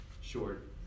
short